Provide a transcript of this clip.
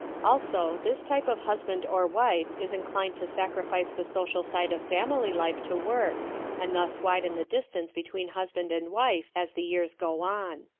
also this type of husband or wife is inclined to sacrifice the social side of family life to work and thus widen the distance between husband and wife as the years go on.